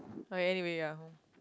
okay anyway ya